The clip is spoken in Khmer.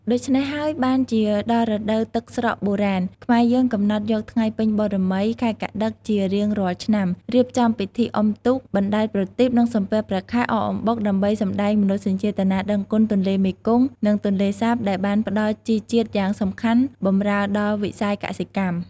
ដូច្នេះហើយបានជាដល់ រដូវទឹកស្រកបុរាណ ខ្មែរយើងកំណត់យកថ្ងៃពេញបូណ៌មី ខែកត្តិក ជារៀងរាល់ឆ្នាំ រៀបចំពិធីអុំទូក បណ្តែតប្រទីប និងសំពះព្រះខែ អកអំបុក ដើម្បីសម្តែងមនោសញ្ចេតនាដឹងគុណទន្លេមេគង្គ និងទន្លេសាបដែលបានផ្តល់ជីជាតិយ៉ាងសំខាន់បម្រើដល់វិស័យកសិកម្ម។